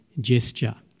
gesture